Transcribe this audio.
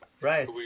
Right